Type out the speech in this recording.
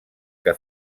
que